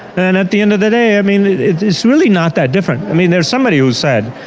and at the end of the day, i mean, it's it's really not that different. i mean, there's somebody who said,